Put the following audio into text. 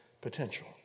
potential